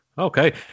Okay